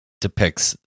depicts